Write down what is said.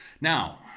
Now